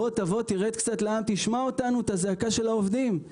תבוא, תרד קצת לעם, תשמע את הזעקה של העובדים.